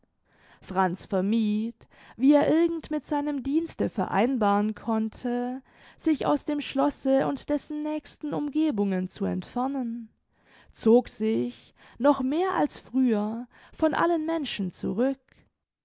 franz vermied wie er irgend mit seinem dienste vereinbaren konnte sich aus dem schlosse und dessen nächsten umgebungen zu entfernen zog sich noch mehr als früher von allen menschen zurück